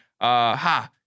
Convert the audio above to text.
ha